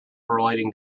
relating